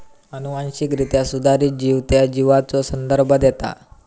अनुवांशिकरित्या सुधारित जीव त्या जीवाचो संदर्भ देता